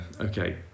okay